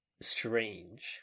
strange